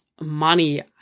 money